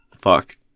Fuck